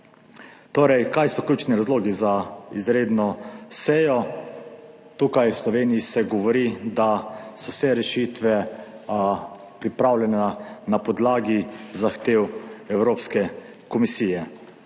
Torej, kaj so ključni razlogi za izredno sejo? Tukaj v Sloveniji se govori, da so vse rešitve pripravljene na podlagi zahtev Evropske komisije.